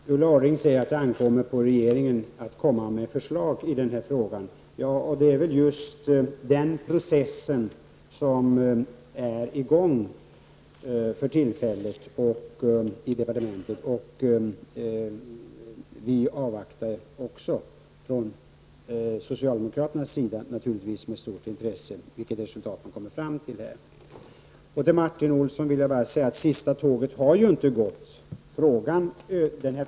Fru talman! Ulla Orring säger att det ankommer på regeringen att komma med förslag i frågan. Det är just den process som är på gång för tillfället i departementet. Vi avvaktar naturligtvis med stort intresse från socialdemokraternas sida vilket resultat man kommer fram till. Sista tåget har inte gått, Martin Olsson.